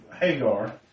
Hagar